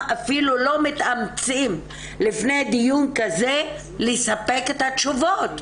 אפילו לא מתאמצים לפני דיון כזה לספק את התשובות.